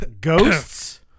Ghosts